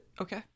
okay